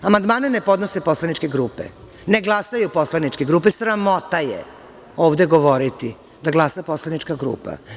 Amandmane ne podnose poslaničke grupe, ne glasaju poslaničke grupe, sramota je ovde govoriti da glasa poslanička grupa.